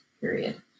period